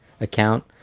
account